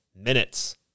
minutes